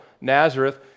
Nazareth